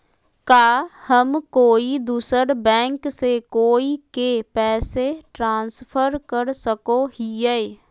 का हम कोई दूसर बैंक से कोई के पैसे ट्रांसफर कर सको हियै?